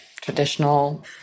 traditional